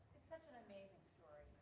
it's such an amazing story.